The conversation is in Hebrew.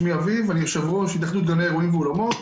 אני יושב-ראש התאחדות גני אירועים ואולמות,